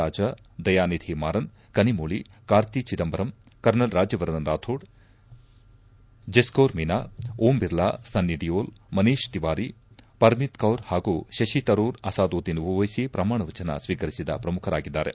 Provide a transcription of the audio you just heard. Raja Dayanidhi Maran Kanimozhi Karti Chidambaram kernel Rajyavardhan Rathore Jaskaur ಮೀನಾ ಓಂ ಬಿರ್ಲಾ ಸನ್ನಿ ಡಿಯೋಲ್ ಮನೀಶ್ ತಿವಾರಿ ಪರಮಿತ್ಕೌರ್ ಹಾಗೂ ಶಶಿತರೂರ್ ಅಸಾದುದ್ದೀನ್ ಓವ್ಲೆಸಿ ಪ್ರಮಾಣವಚನ ಸ್ನೀಕರಿಸಿದ ಪ್ರಮುಖರಾಗಿದ್ದಾರೆ